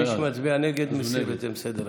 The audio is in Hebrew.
מי שמצביע נגד, להסיר את זה מסדר-היום.